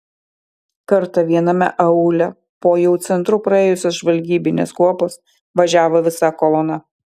kartą viename aūle po jau centru praėjusios žvalgybinės kuopos važiavo visa kolona